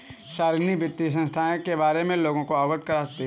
शालिनी वित्तीय संस्थाएं के बारे में लोगों को अवगत करती है